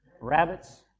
rabbits